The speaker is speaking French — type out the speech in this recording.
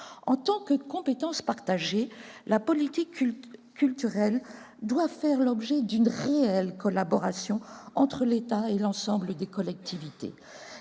En tant que compétence partagée, la politique culturelle doit faire l'objet d'une réelle collaboration entre l'État et l'ensemble des collectivités.